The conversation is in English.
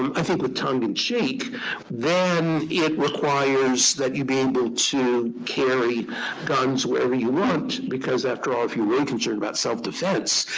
i think with tongue in cheek then it requires that you be able to carry guns wherever you want. because after all, if you're really concerned about self-defense,